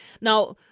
Now